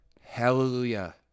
Hallelujah